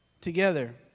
together